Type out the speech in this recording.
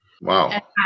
Wow